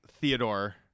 Theodore